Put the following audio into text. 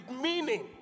meaning